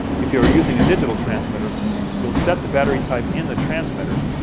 if you are using a digital transmitter you'll set the battery type in the transmitter,